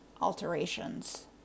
alterations